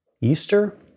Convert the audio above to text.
Easter